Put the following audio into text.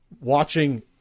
watching